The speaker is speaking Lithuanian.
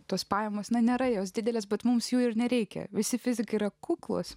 tos pajamos nėra jos didelės bet mums jų ir nereikia visi fizikai yra kuklūs